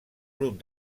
grup